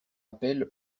appel